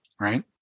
right